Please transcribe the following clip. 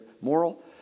moral